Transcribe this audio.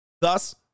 Thus